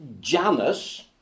Janus